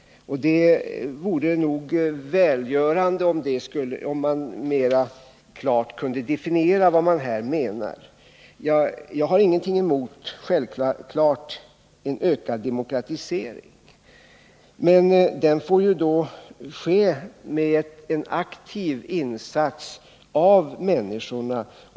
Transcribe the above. Det vore välgörande om de klarare kunde definiera vad som menas. Jag har självfallet ingenting emot en ökning av demokratiseringen, men den får då ske genom en aktiv insats av människorna.